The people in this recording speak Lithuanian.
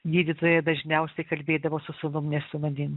gydytoja dažniausiai kalbėdavo su sūnum ne su manim